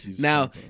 now